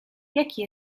jaki